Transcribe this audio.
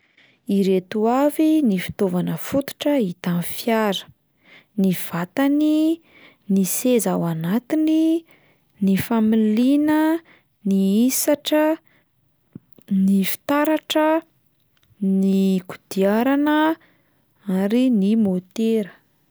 Ireto avy ny fitaovana fototra hita amin'ny fiara: ny vatany, ny seza ao anatiny, ny familiana, ny hisatra, ny fitaratra, ny kodiarana ary ny môtera.